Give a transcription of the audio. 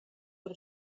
per